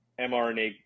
mRNA